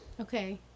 Okay